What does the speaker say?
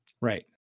Right